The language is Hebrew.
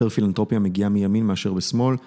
יותר פילנתרופיה מגיעה מימין מאשר בשמאל.